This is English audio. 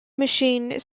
machine